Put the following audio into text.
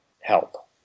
help